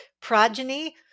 progeny